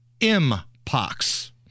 M-Pox